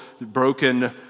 broken